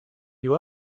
you